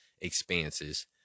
expanses